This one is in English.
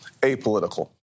apolitical